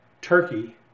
Turkey